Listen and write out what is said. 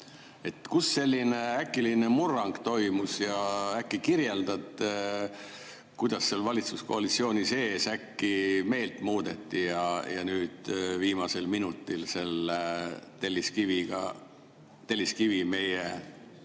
Kus selline äkiline murrang toimus? Äkki kirjeldad, kuidas valitsuskoalitsiooni sees meelt muudeti ja nüüd viimasel minutil selle telliskivi meie